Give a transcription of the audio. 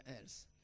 else